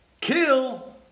kill